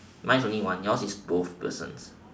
mine is only one yours is both persons